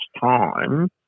time